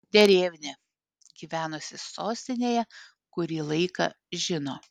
derevnia gyvenusi sostinėje kurį laiką žino